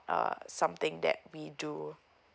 uh something that we do